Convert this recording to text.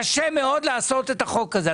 קשה מאוד לחוקק את החוק הזה.